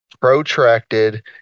protracted